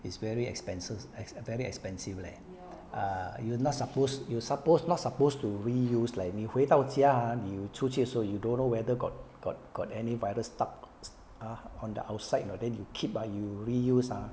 is very expenses as very expensive leh a'ah you not suppose you suppose not supposed to reuse like 你回到家 ah 你有出去的时候 you don't know whether got got got any virus stuck ah on the outside oh then you keep ah you reuse ah